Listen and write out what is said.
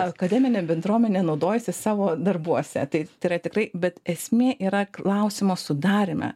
akademinė bendruomenė naudojasi savo darbuose taip tai yra tikrai bet esmė yra klausimo sudaryme